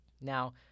Now